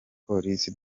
polisi